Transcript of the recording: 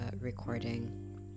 recording